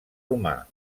humà